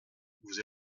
vous